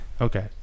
Okay